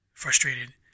frustrated